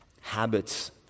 habits